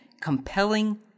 compelling